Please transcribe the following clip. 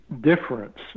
difference